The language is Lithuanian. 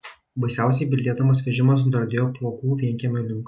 baisiausiai bildėdamas vežimas nudardėjo pluogų vienkiemio link